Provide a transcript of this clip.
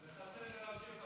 ההצעה להעביר את הנושא